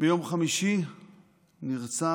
ביום חמישי נרצח